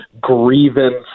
grievance